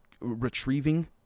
retrieving